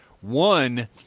One